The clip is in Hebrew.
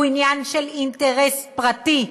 הוא עניין של אינטרס פרטי,